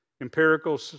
empirical